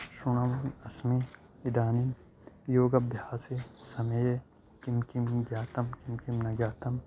शृणोमि अस्मि इदानीं योगभ्यासे समये किं किं ज्ञातं किं किं न ज्ञातं